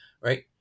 right